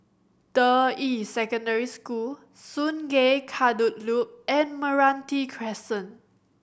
Deyi Secondary School Sungei Kadut Loop and Meranti Crescent